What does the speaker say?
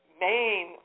main